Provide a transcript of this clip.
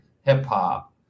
hip-hop